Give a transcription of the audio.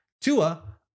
Tua